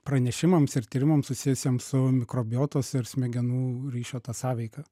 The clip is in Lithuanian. pranešimams ir tyrimams susijusiems su mikrobiotos ir smegenų ryšio ta sąveika